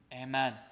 Amen